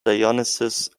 dionysius